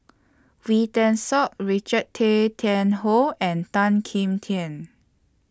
Wee Tan Siak Richard Tay Tian Hoe and Tan Kim Tian